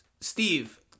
Steve